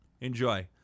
Enjoy